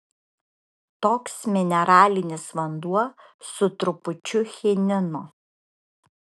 toks mineralinis vanduo su trupučiu chinino